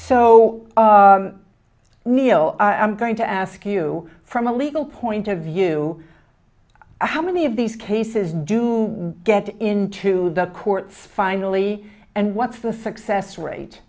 so neal i'm going to ask you from a legal point of view how many of these cases do get into the courts finally and what's the success rate